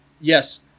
Yes